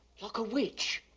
like a witch?